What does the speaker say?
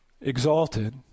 exalted